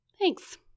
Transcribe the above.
Thanks